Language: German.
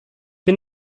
bin